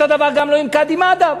אותו דבר גם לא עם קאדי מד'הב,